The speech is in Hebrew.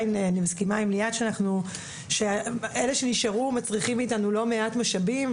אני מסכימה עם ליאת שאלה שנשארו מצריכים מאתנו לא מעט משאבים,